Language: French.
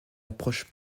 approche